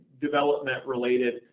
development-related